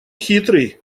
хитрый